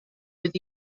with